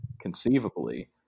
conceivably